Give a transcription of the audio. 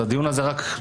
הדיון הזה לי